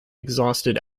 exhausted